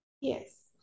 yes